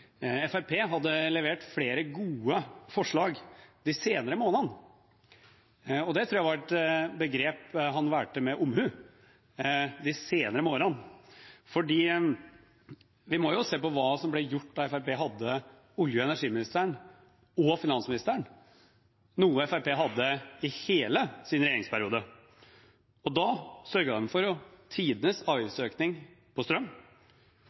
hadde levert flere gode forslag «dei seinare månadene». Det tror jeg var et begrep han valgte med omhu – «dei seinare månadene» – for vi må se på hva som ble gjort da Fremskrittspartiet hadde olje- og energiministeren og finansministeren, noe Fremskrittspartiet hadde i hele sin regjeringsperiode. Da sørget man for tidenes avgiftsøkning på strøm,